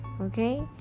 okay